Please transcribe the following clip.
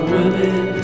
Women